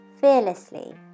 fearlessly